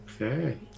okay